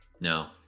No